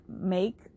make